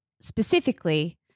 specifically